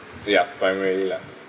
yup primarily lah